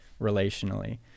relationally